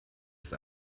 ist